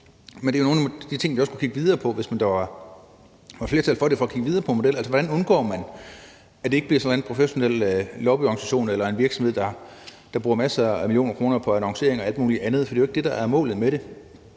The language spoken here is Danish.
Men det er nogle af de ting, man også kan kigge videre på, hvis der er flertal for at kigge videre på en model. Altså, hvordan undgår man, at det ikke bliver sådan en professionel lobbyorganisation eller en virksomhed, der bruger masser af millioner kroner på annoncering og alt muligt andet? For det er jo ikke det, der er målet med det.